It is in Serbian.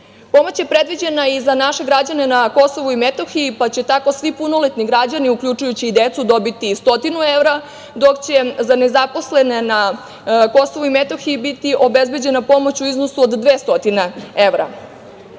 Pomoć je predviđena i za naše građane na Kosovu i Metohiji, pa će tako svi punoletni građani, uključujući i decu, dobiti 100 evra, dok će za nezaposlene na Kosovu i Metohiji biti obezbeđena pomoć u iznosu od 200